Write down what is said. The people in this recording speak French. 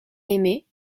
aimer